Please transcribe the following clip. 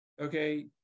okay